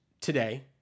today